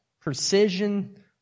precision